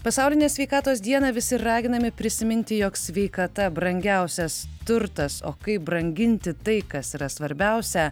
pasaulinę sveikatos dieną visi raginami prisiminti jog sveikata brangiausias turtas o kaip branginti tai kas yra svarbiausia